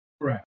Right